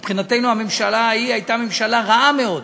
מבחינתנו הממשלה ההיא הייתה ממשלה רעה מאוד.